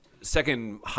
second